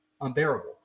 unbearable